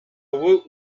woot